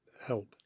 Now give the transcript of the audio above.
help